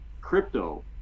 crypto